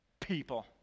people